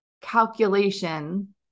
calculation